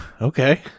okay